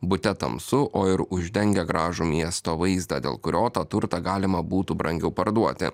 bute tamsu o ir uždengę gražų miesto vaizdą dėl kurio tą turtą galima būtų brangiau parduoti